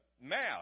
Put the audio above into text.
math